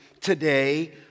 today